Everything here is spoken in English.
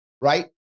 Right